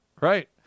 right